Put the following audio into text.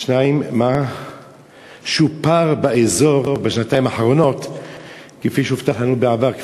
2. מה שופר באזור בשנתיים האחרונות כפי שהובטח לנו בעבר,